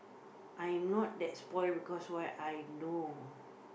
I'm not that spoiled because why I know